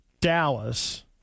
Dallas